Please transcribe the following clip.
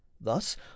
Thus